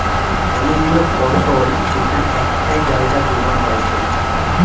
অনেক গুলা ফসল যেখান একটাই জাগায় যোগান হয়টে